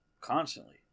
Constantly